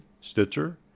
Stitcher